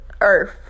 earth